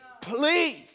please